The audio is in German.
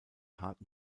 harten